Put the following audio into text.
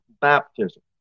baptism